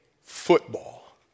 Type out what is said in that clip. football